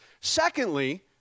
Secondly